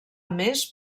més